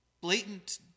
Blatant